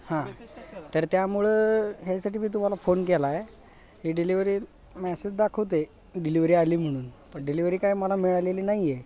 हां तर त्यामुळं ह्याच्यासाठी मी तुम्हाला फोन केला आहे की डिलेवरी मॅसेज दाखवतं आहे डिलिव्हरी आली म्हणून पण डिलेवरी काय मला मिळालेली नाही आहे